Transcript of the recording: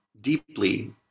deeply